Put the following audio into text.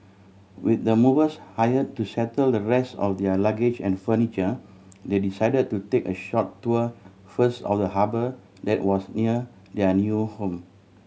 with the movers hire to settle the rest of their luggage and furniture they decided to take a short tour first of the harbour that was near their new home